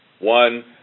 One